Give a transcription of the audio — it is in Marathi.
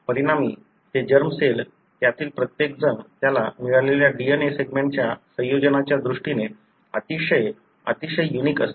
परिणामी ते जर्म सेल त्यातील प्रत्येकजण त्याला मिळालेल्या DNA सेगमेंटच्या संयोगाच्या दृष्टीने अतिशय अतिशय युनिक असतील